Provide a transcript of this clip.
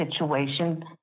situation